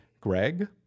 Greg